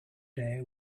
day